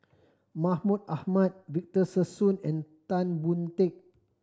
Mahmud Ahmad Victor Sassoon and Tan Boon Teik